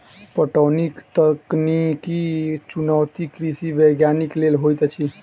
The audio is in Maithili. पटौनीक तकनीकी चुनौती कृषि वैज्ञानिक लेल होइत अछि